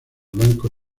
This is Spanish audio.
blanco